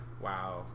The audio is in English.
Wow